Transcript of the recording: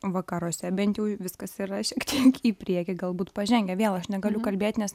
vakaruose bent jau viskas yra šiek tiek į priekį galbūt pažengę vėl aš negaliu kalbėt nes